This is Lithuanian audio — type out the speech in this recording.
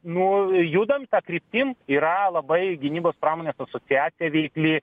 nu judam ta kryptim yra labai gynybos pramonės asociacija veikli